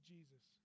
Jesus